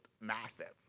massive